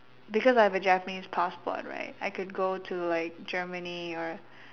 because I have a Japanese passport right I could go to like Germany or